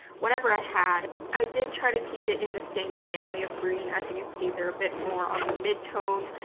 whatever i had. i did try to keep in the same family of green, as you can see they're a bit more on the mid tone,